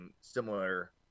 similar